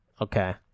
Okay